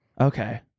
Okay